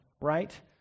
right